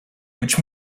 which